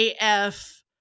AF